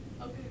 Okay